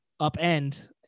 upend